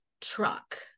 truck